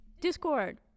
discord